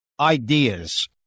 Ideas